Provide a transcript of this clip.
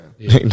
No